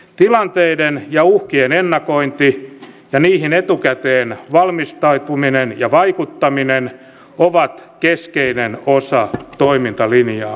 tilanteiden ja uhkien ennakointi ja niihin etukäteen valmistautuminen ja vaikuttaminen ovat keskeinen osa toimintalinjaamme